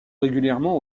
régulièrement